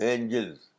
Angels